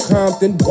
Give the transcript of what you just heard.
Compton